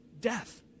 Death